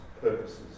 purposes